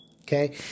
Okay